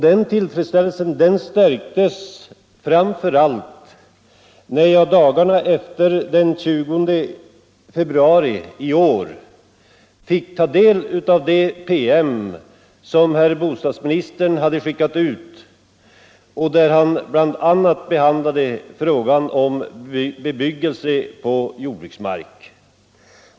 Den tillfredsställelsen stärktes framför allt när jag dagarna efter den 20 februari i år fick ta del av den PM som herr bostadsministern skickade ut och vari han bl.a. behandlade frågan om bebyggelse på jordbruksmark.